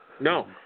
No